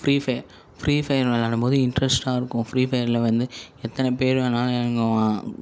free fire free fire விளையாடும்போது இன்ட்ரெஸ்ட்டாக இருக்கும் ஃப்ரி ஃபயரில் வந்து எத்தனை பேர் வேணாலும் இறங்குவான்